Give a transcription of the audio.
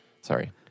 Sorry